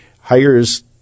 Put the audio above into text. hires